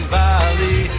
valley